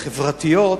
החברתיות,